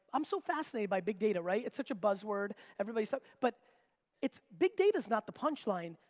i'm so fascinated by big data, right? it's such a buzzword. everybody's talk, but it's, big data's not the punchline.